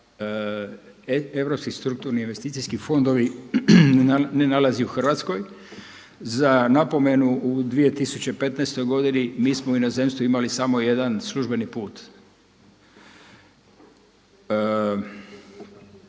europski strukturni investicijski fondovi ne nalazi u Hrvatskoj. Za napomenu u 2015. godini mi smo u inozemstvu imali samo jedan službeni put.